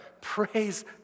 Praise